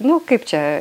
nu kaip čia